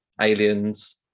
Aliens